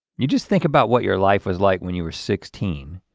you just think about what your life was like when you were sixteen,